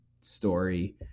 story